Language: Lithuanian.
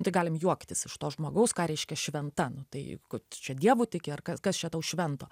tai galim juoktis iš to žmogaus ką reiškia šventa nu tai tu čia dievu tiki ar kas kas čia tau švento